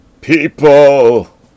People